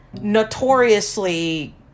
notoriously